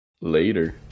Later